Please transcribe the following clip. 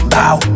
Bow